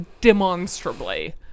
demonstrably